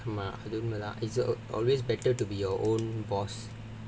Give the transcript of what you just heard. ஆமா அது உண்மைதான்:aamaa adhu unmaithaan it's always better to be your own boss